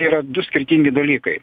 yra du skirtingi dalykai